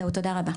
זהו תודה רבה.